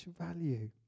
value